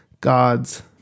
God's